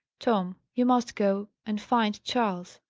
tom, you must go and find charles.